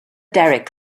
derek